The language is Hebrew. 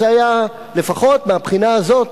לפחות מהבחינה הזאת,